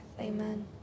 Amen